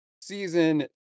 season